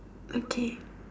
okay